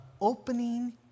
opening